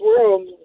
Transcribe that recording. world